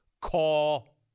call